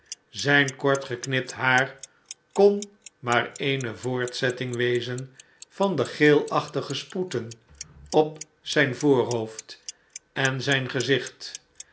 zijn kort geknipt haar kon maar eene voortzetting wezen van de geelachtige sproeten op zijn voorhoofd en zijn gezicht